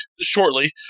shortly